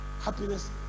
happiness